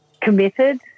committed